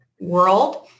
world